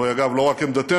אגב, זו לא רק עמדתנו,